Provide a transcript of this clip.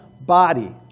body